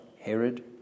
Herod